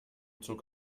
zog